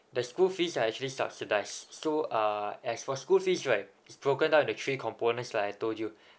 the school fees are actually subsidised so uh as for school fees right it's broken down into three components like I told you